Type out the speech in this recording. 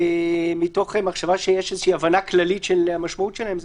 מתוך מחשבה שיש הבנה כללית של המשמעות שלהם?